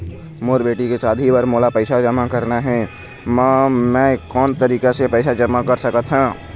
मोर बेटी के शादी बर मोला पैसा जमा करना हे, म मैं कोन तरीका से पैसा जमा कर सकत ह?